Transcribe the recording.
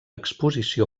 exposició